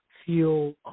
feel